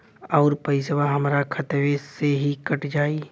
अउर पइसवा हमरा खतवे से ही कट जाई?